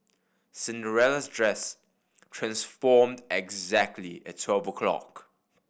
Cinderella's dress transformed exactly at twelve o'clock